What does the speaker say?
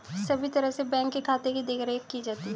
सभी तरह से बैंक के खाते की देखरेख भी की जाती है